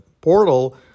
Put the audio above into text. portal